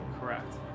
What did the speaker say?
Correct